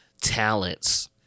talents